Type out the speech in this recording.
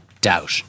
doubt